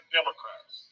Democrats